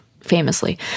famously